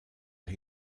who